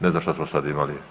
Ne znam šta samo sad imali?